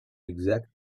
exact